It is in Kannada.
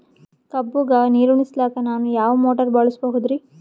ಕಬ್ಬುಗ ನೀರುಣಿಸಲಕ ನಾನು ಯಾವ ಮೋಟಾರ್ ಬಳಸಬಹುದರಿ?